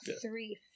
three